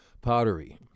pottery